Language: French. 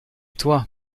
toi